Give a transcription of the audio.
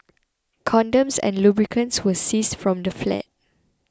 condoms and lubricants were seized from the flat